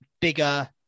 bigger